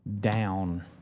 down